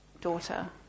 daughter